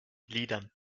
gliedern